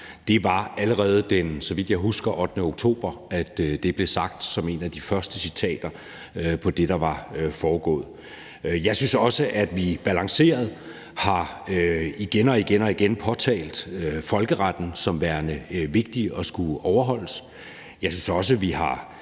husker, allerede den 8. oktober, det blev sagt, som et af de første citater om det, der var foregået. Jeg synes også, at vi igen og igen balanceret har påtalt folkeretten som værende vigtig og noget, der skulle overholdes.